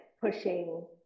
pushing